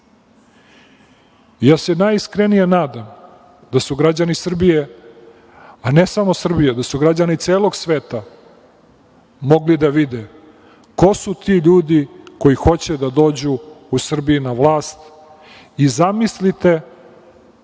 se najiskrenije nadam da su građani Srbije, a ne samo Srbije, da su građani celog sveta mogli da vide ko su ti ljudi koji hoće da dođu u Srbiji na vlast i zamislite